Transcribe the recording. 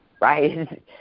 right